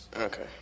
Okay